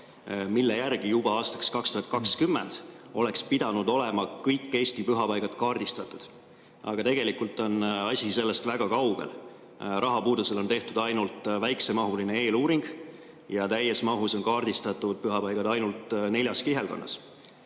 mille järgi juba aastaks 2020 oleks pidanud olema kõik Eesti pühapaigad kaardistatud. Aga tegelikult on asi sellest väga kaugel. Rahapuudusel on tehtud ainult väiksemahuline eeluuring ja täies mahus on kaardistatud pühapaigad ainult neljas kihelkonnas.